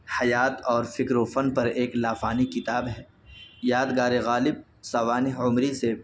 حیات اور فکر و فن پر ایک لافانی کتاب ہے یادگار غالب سوانح عمری سے